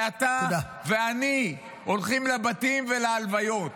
-- ואתה ואני הולכים לבתים ולהלוויות,